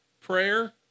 prayer